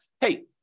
hey